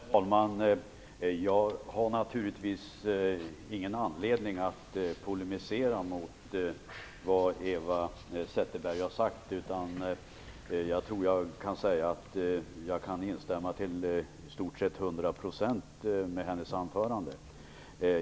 Herr talman! Jag har naturligtvis ingen anledning att polemisera mot vad Eva Zetterberg sade. Jag kan till i stort sett hundra procent instämma i hennes anförande.